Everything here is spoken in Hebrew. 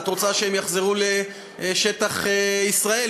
את רוצה שהם יחזרו לשטח ישראל.